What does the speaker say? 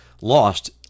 lost